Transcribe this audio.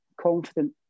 confident